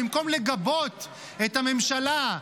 במקום לגבות את הממשלה,